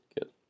Good